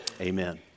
Amen